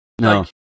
no